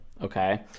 okay